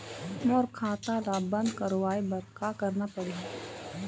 मोर खाता ला बंद करवाए बर का करना पड़ही?